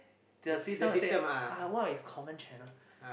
the system will say uh what is common channel